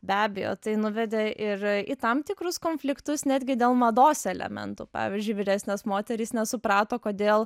be abejo tai nuvedė ir į tam tikrus konfliktus netgi dėl mados elementų pavyzdžiui vyresnės moterys nesuprato kodėl